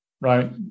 right